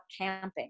camping